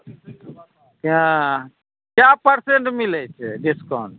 इहँ कए परसेन्ट मिलै छै डिस्काउन्ट